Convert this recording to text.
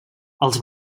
els